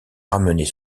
ramener